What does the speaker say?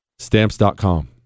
Stamps.com